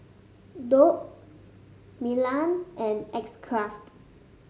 Doux Milan and X Craft